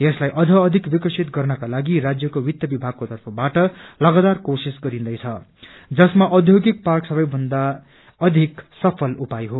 यसलाई अझ अधिक विकसित गर्नका लागि राज्यको वित्त विभागको तर्फबाट लगातार कोशिश गरिन्दैछ जसमा औदोगिक पार्क सबैभन्दा अधिक सफल उपाय हो